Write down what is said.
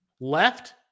left